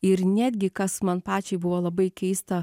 ir netgi kas man pačiai buvo labai keista